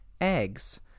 eggs